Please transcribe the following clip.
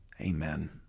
Amen